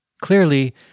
Clearly